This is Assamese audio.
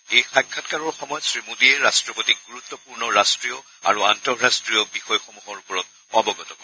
এই সাক্ষাৎকাৰৰ সময়ত শ্ৰী মোদীয়ে ৰাট্টপতিক গুৰুত্বপূৰ্ণ ৰাষ্ট্ৰীয় আৰু আন্তঃৰাষ্ট্ৰীয় বিষয়সমূহৰ বিষয়ে অৱগত কৰে